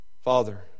father